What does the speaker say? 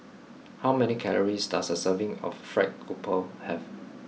how many calories does a serving of Fried Grouper have